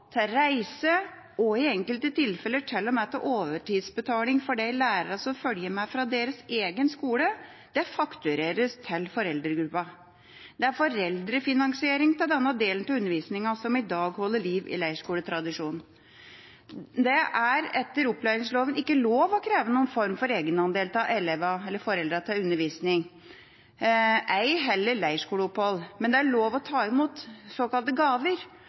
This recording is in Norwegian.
og med overtidsbetaling for lærerne som følger med fra egen skole, faktureres foreldregruppa. Det er foreldrefinansiering av denne delen av undervisningen som i dag holder liv i leirskoletradisjonen. Det er etter opplæringslova ikke lov å kreve noen form for egenandel av elevene/foreldrene til undervisning – ei heller leirskoleopphold. Men det er lov å ta imot såkalte gaver.